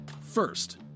First